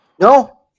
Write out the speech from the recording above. No